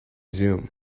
zoom